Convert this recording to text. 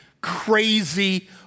crazy